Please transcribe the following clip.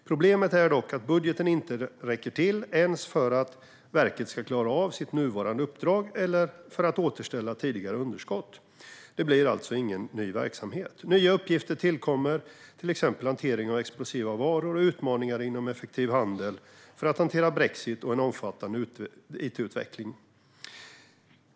Problemet är dock att budgeten inte räcker till ens för att verket ska klara av sitt nuvarande uppdrag eller för att återställa tidigare underskott. Det blir alltså ingen ny verksamhet. Nya uppgifter tillkommer, till exempel hantering av explosiva varor, utmaningar inom effektiv handel och att hantera brexit och en omfattande it-utveckling.